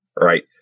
right